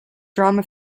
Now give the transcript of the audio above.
drama